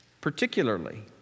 particularly